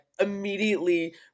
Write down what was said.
immediately